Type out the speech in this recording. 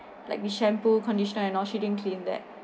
like the shampoo conditioner and all she didn't clean that